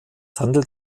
handelt